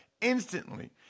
instantly